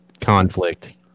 conflict